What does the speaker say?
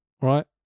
right